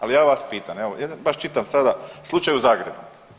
Ali ja vas pitam, evo baš čitam sada slučaj u Zagrebu.